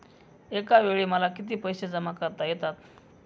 एकावेळी मला किती पैसे जमा करता येतात?